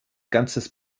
ganzes